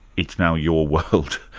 it's now your world,